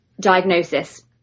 diagnosis